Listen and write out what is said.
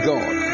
God